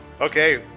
Okay